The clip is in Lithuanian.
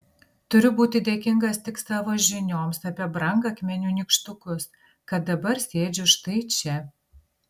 turiu būti dėkingas tik savo žinioms apie brangakmenių nykštukus kad dabar sėdžiu štai čia